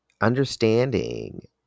understanding